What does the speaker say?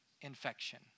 Infection